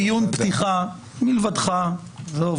דיון פתיחה מלבדך, עזוב